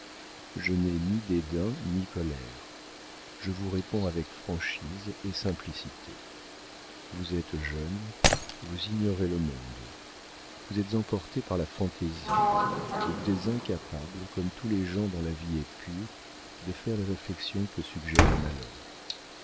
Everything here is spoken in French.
je n'ai ni dédain ni colère je vous réponds avec franchise et simplicité vous êtes jeune vous ignorez le monde vous êtes emporté par la fantaisie et vous êtes incapable comme tous les gens dont la vie est pure de faire les réflexions que suggère le malheur